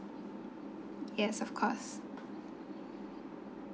yes of course